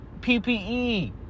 PPE